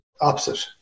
opposite